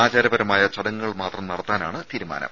ആചാരപരമായ ചടങ്ങുകൾ മാത്രം നടത്താനാണ് തീരുമാനം